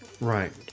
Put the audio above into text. Right